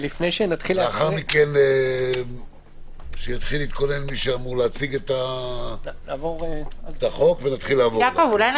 לאחר מכן שיתחיל להתכונן מי שאמור להציג את החוק ונתחיל לעבור עליו.